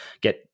get